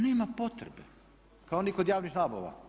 Nema potrebe, kao ni kod javnih nabava.